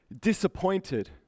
disappointed